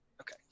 Okay